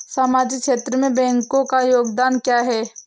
सामाजिक क्षेत्र में बैंकों का योगदान क्या है?